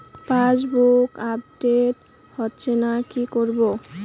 Passbook update হচ্ছেনা কি করবো?